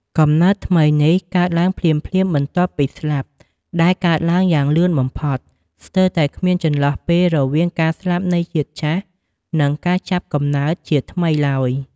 កំណើតថ្មីនេះកើតឡើងភ្លាមៗបន្ទាប់ពីស្លាប់ ដែលកើតឡើងយ៉ាងលឿនបំផុត ស្ទើរតែគ្មានចន្លោះពេលរវាងការស្លាប់នៃជាតិចាស់ និងការចាប់កំណើតជាថ្មីឡើយ។